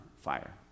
fire